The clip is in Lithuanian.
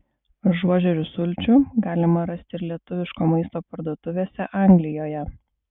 ažuožerių sulčių galima rasti ir lietuviško maisto parduotuvėse anglijoje